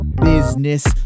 business